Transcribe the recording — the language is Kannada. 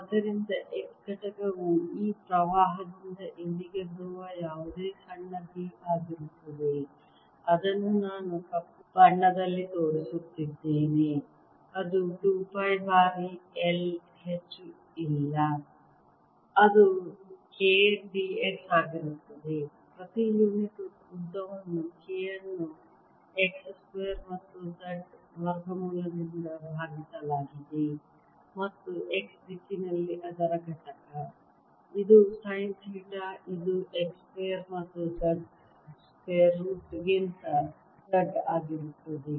ಆದ್ದರಿಂದ x ಘಟಕವು ಈ ಪ್ರವಾಹದಿಂದ ಇಲ್ಲಿಗೆ ಬರುವ ಯಾವುದೇ ಸಣ್ಣ B ಆಗಿರುತ್ತದೆ ಅದನ್ನು ನಾನು ಕಪ್ಪು ಬಣ್ಣದಲ್ಲಿ ತೋರಿಸುತ್ತಿದ್ದೇನೆ ಅದು 2 ಪೈ ಬಾರಿ I ಹೆಚ್ಚು ಇಲ್ಲ ಅದು K d x ಆಗಿರುತ್ತದೆ ಪ್ರತಿ ಯುನಿಟ್ ಉದ್ದವನ್ನು K ಅನ್ನು x ಸ್ಕ್ವೇರ್ ಮತ್ತು z ವರ್ಗಮೂಲದಿಂದ ಭಾಗಿಸಲಾಗಿದೆ ಮತ್ತು x ದಿಕ್ಕಿನಲ್ಲಿ ಅದರ ಘಟಕ ಇದು ಸೈನ್ ಥೀಟಾ ಇದು x ಸ್ಕ್ವೇರ್ ಮತ್ತು z ವರ್ಗಮೂಲಕ್ಕಿಂತ z ಆಗಿರುತ್ತದೆ